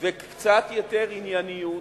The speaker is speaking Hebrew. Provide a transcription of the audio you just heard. וקצת יותר ענייניות,